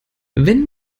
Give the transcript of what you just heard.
wenn